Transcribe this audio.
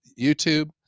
YouTube